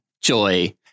Joy